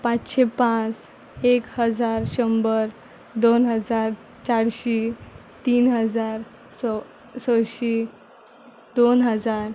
पांचशें पांच एक हजार शंबर दोन हजार चारशीं तीन हजार सयशीं दोन हजार